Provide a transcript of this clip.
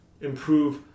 improve